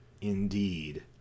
Indeed